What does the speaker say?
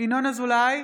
ינון אזולאי,